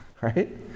Right